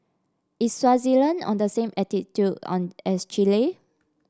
is Swaziland on the same latitude on as Chile